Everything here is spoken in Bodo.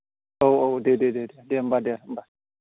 औ औ दे दे दे होमबा दे होमबा